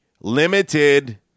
limited